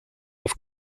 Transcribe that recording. auf